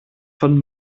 von